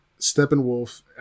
steppenwolf